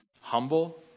humble